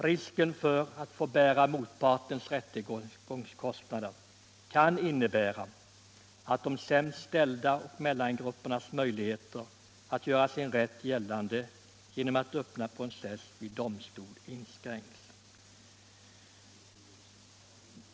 Risken för att få bära motpartens rättegångskostnader kan innebära att de sämst ställdas och mellangruppernas möjligheter att göra sin rätt gällande genom att öppna process vid domstol inskränks.